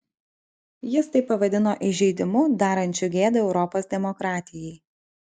jis tai pavadino įžeidimu darančiu gėdą europos demokratijai